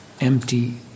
Empty